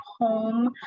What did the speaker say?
home